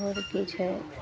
आओर कि छै